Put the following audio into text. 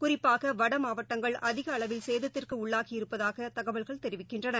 குறிப்பாகவடமாவட்டங்கள் அதிகஅளவில் சேதத்திற்குஉள்ளாகி இருப்பதாகதகவல்கள் தெரிவிக்கின்றன